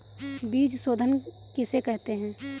बीज शोधन किसे कहते हैं?